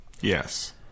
Yes